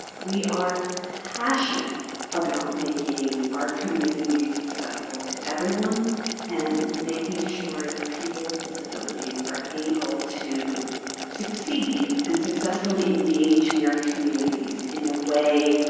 we are passionate about making our communities accessible to everyone and making sure that people with disabilities are able to succeed and successfully engage in their communities in a way